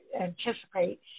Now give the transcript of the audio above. anticipate